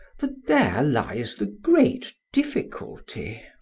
for there lies the great difficulty.